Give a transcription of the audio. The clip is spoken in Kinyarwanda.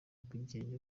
ubwigenge